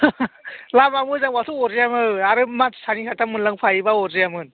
लामा मोजांबाथ' अरजायामोन आरो मानसि सानै साथाम मोनलांफायोबा अरजायमोन